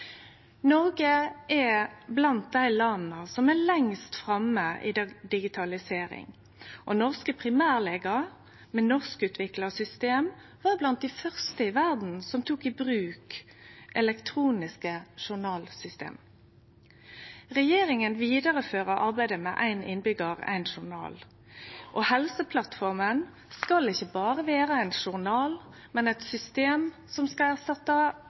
Noreg er blant dei landa som er lengst framme i digitalisering, og norske primærlegar med norskutvikla system var blant dei fyrste i verda som tok i bruk elektroniske journalsystem. Regjeringa vidarefører arbeidet med éin innbyggjar, éin journal, og helseplattforma skal ikkje berre vere ein journal, men eit system som skal